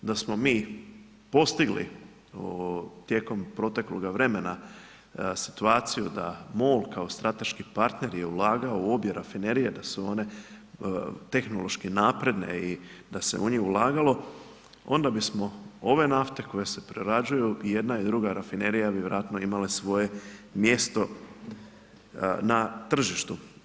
Da smo mi postigli, tijekom protekloga vremena, situaciju da MOL kao strateški partner je ulagao u obje rafinerije, da su one tehnološke napredne i da se u njih ulagalo, onda bismo, ove nafte, koje se prerađuju i jedna i duga rafinerija bi vjerojatno imale svoje mjesto na tržištu.